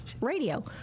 radio